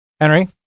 Henry